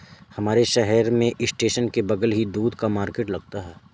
हमारे शहर में स्टेशन के बगल ही दूध का मार्केट लगता है